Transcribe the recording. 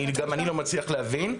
גם אני לא מצליח להבין.